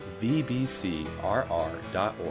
vbcrr.org